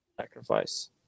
sacrifice